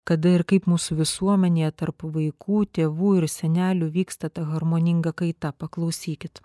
kada ir kaip mūsų visuomenėje tarp vaikų tėvų ir senelių vyksta ta harmoninga kaita paklausykit